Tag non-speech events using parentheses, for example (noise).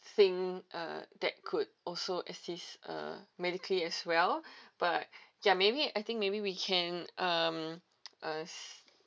thing uh that could also assist uh medically as well but ya maybe I think maybe we can um (noise) uh